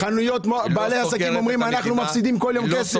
בעלי עסקים אומרים: אנחנו מפסידים בכל יום כסף.